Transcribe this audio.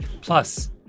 Plus